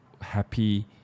happy